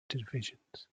divisions